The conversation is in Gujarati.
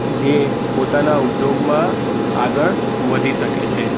જે પોતાના ઉદ્યોગમાં આગળ વધી શકે છે